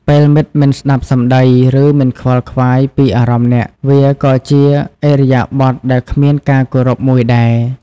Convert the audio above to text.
ពេលមិត្តមិនស្ដាប់សម្ដី ឬ មិនខ្វល់ខ្វាយពីអារម្មណ៍អ្នក វាក៏ជាឥរិយាបថដែលគ្មានការគោរពមួយដែរ។